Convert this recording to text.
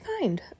find